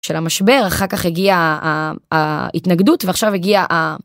של המשבר אחר כך הגיעה ההתנגדות ועכשיו הגיעה ה..